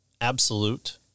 absolute